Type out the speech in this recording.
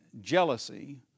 jealousy